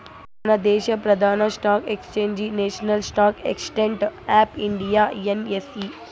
మనదేశ ప్రదాన stock exchange national stock exchange of India NSE